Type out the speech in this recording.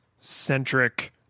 centric